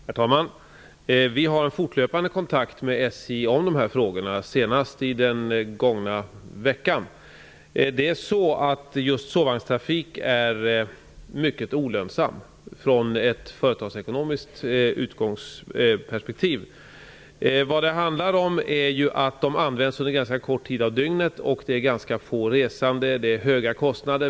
Herr talman! Vi har en fortlöpande kontakt med SJ om dessa frågor, senast i den gångna veckan. Sovvagnstrafik är mycket olönsam från ett företagsekonomiskt perspektiv. Sovvagnarna används under en ganska kort tid av dygnet och det är ganska få resande. Det blir därför höga kostnader.